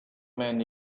man